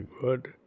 good